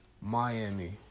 Miami